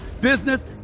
business